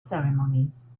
ceremonies